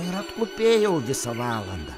atkupėjau visą valandą